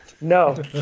No